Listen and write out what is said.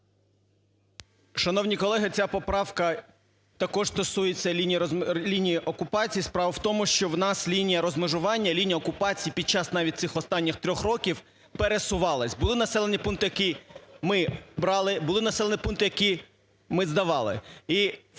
Шановні колеги, ця поправка також стосується лінії окупації. Справа в тому, що у нас лінія розмежування, лінія окупації під час навіть цих останніх трьох років пересувалась, були населені пункти, які ми брали, були населені пункти, які ми здавали.